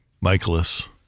Michaelis